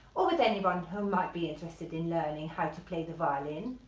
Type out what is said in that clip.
or with anyone who might be interested in learning how to play the violin.